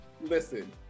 listen